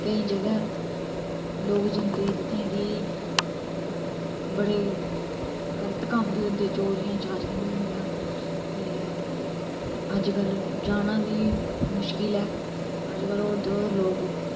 केंई जगह ऐ लोग जंदे जित्थै कि बडे़ गल्त कम्म बी होंदे चोरियां चारियां बी होंदियां ते अजकल जाना बी मुश्किल ऐ अजकल लोक होर ते होर